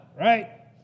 Right